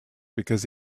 because